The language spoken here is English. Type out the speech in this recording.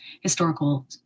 historical